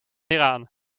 hieraan